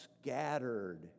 scattered